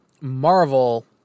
Marvel